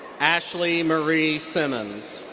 ashley marie simmons.